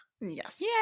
Yes